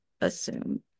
assume